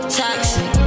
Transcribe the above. toxic